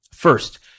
First